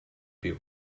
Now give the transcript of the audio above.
più